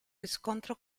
riscontro